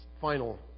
final